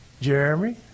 Jeremy